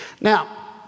Now